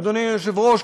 אדוני היושב-ראש,